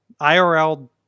IRL